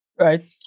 Right